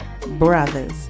brothers